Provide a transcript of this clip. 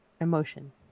emotion